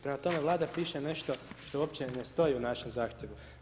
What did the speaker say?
Prema tome, Vlada piše nešto što uopće ne stoji u našem zahtjevu.